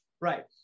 right